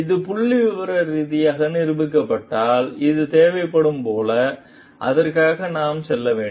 இது புள்ளிவிவர ரீதியாக நிரூபிக்கப்பட்டால் இது தேவைப்படுவது போல அதற்காக நாம் செல்ல வேண்டும்